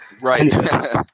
Right